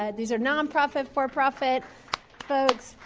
ah these are non-profit, for-profit folks.